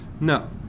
No